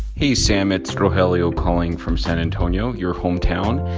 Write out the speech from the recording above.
hey, sam. it's rogelio calling from san antonio, your hometown.